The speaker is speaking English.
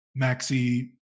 Maxi